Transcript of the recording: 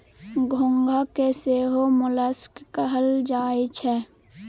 घोंघा के सेहो मोलस्क कहल जाई छै